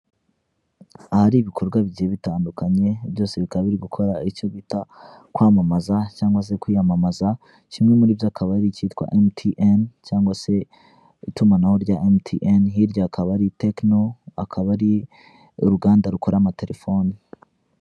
Ahari ibikorwa bigiye bitandukanye, byose bikaba biri gukora icyo bita kwamamaza cyangwa se kwiyamamaza, kimwe muri byo akaba ari ikitwa MTN cyangwa se itumanaho rya MTN, hirya hakaba hari Tekino akaba ari uruganda rukora amatelefoni.